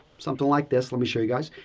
something like this. let me show you guys.